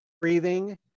breathing